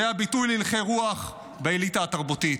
זה היה ביטוי להלכי רוח באליטה התרבותית.